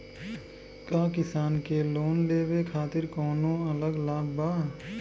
का किसान के लोन लेवे खातिर कौनो अलग लाभ बा?